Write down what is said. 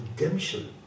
redemption